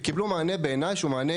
וקיבלו מענה שהוא בעיני מענה